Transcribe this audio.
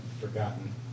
forgotten